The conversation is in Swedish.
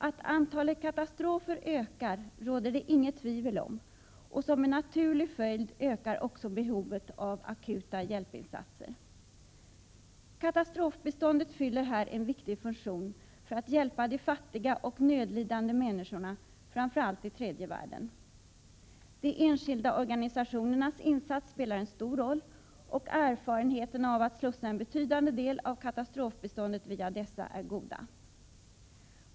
Att antalet katastrofer ökar råder det inget tvivel om, och som en naturlig följd ökar också behovet av akuta hjälpinsatser. Katastrofbiståndet fyller här en viktig funktion för att hjälpa de fattiga och nödlidande människorna framför allt i tredje världen. De enskilda organisationernas insatser spelar en stor roll, och erfarenheterna av att slussa en betydande del av katastrofbiståndet via dessa är goda.